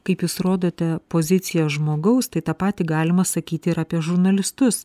kaip jūs rodote poziciją žmogaus tai tą patį galima sakyti ir apie žurnalistus